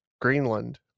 greenland